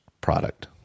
product